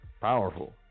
Powerful